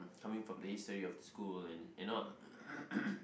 coming from the history of the school and and not